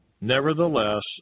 Nevertheless